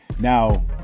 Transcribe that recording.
Now